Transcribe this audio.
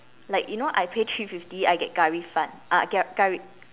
like you know I pay three fifty I get Curry 饭 uh uh Curry